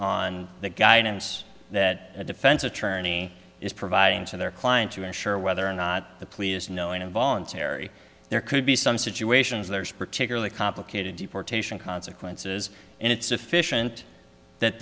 on the guidance that a defense attorney is providing to their client to ensure whether or not the plea is no an involuntary there could be some situations there is particularly complicated deportation consequences and it's sufficient that